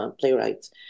playwrights